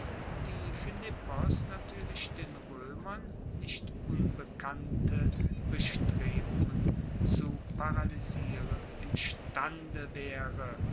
die philippos natuerlich den roemern nicht unbekannte bestrebungen zu paralysieren imstande waere